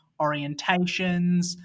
orientations